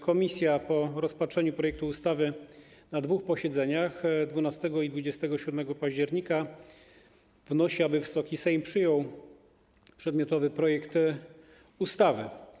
Komisja po rozpatrzeniu projektu ustawy na dwóch posiedzeniach, 12 i 27 października, wnosi, aby Wysoki Sejm przyjął przedmiotowy projekt ustawy.